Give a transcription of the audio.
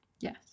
Yes